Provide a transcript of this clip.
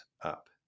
up